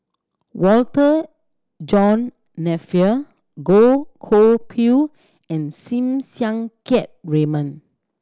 Walter John Napier Goh Koh Pui and Sim Siang Keat Raymond